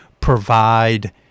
provide